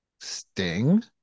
Sting